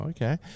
Okay